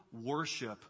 worship